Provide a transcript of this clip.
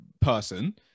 person